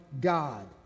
God